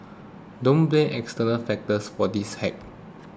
don't blame external factors for this hack